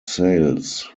sales